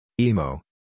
Emo